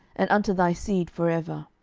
and unto thy seed for ever.